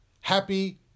Happy